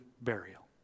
burial